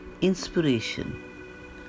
inspiration